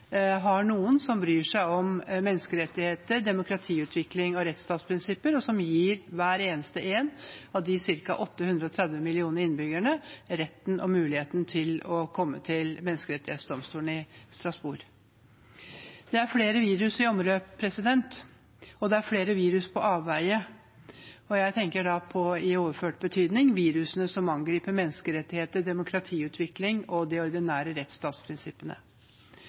har noen som bryr seg om menneskerettigheter, demokratiutvikling og rettsstatsprinsipper, og som gir hver eneste en av de ca. 830 millioner innbyggerne retten og muligheten til å komme til menneskerettighetsdomstolen i Strasbourg. Det er flere virus i omløp, det er flere virus på avveier, og jeg tenker da i overført betydning på virusene som angriper menneskerettigheter, demokratiutvikling og de ordinære rettsstatsprinsippene.